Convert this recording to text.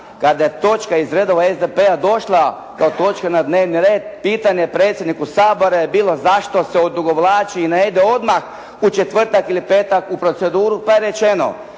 kada je točka iz redova SDP-a došla ta točka na dnevni red, pitanje predsjedniku Sabora je bilo zašto se odugovlači i ne ide odmah u četvrtak ili petak u proceduru pa je rečeno